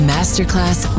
Masterclass